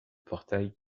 portail